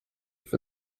for